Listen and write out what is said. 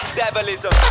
devilism